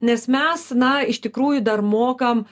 nes mes na iš tikrųjų dar mokam